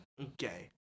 Okay